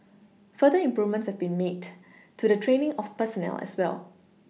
further improvements have been made to the training of personnel as well